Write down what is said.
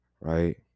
Right